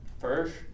First